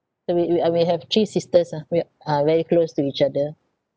so we we are we have three sisters ah we are very close to each other